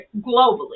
globally